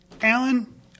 Alan